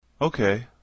Okay